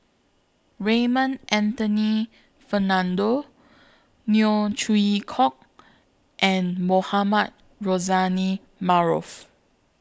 Raymond Anthony Fernando Neo Chwee Kok and Mohamed Rozani Maarof